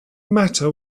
matter